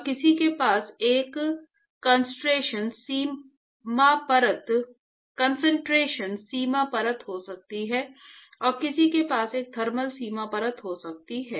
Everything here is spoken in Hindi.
और किसी के पास एक कंसंट्रेशन सीमा परत हो सकती है और किसी के पास एक थर्मल सीमा परत हो सकती है